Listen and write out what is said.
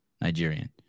Nigerian